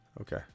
Okay